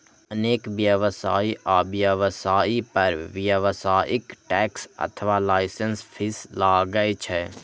अनेक व्यवसाय आ व्यवसायी पर व्यावसायिक टैक्स अथवा लाइसेंस फीस लागै छै